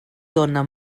dóna